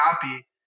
happy